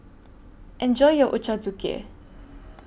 Enjoy your Ochazuke